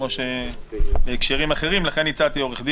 כמו עורך דין,